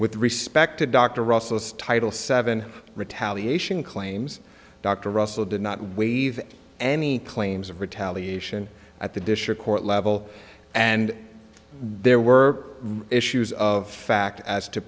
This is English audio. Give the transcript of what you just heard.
with respect to dr russell's title seven retaliation claims dr russell did not waive any claims of retaliation at the district court level and there were issues of fact as to